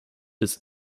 des